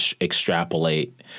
extrapolate